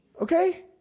Okay